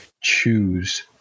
choose